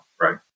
right